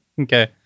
okay